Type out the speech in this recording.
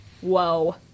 Whoa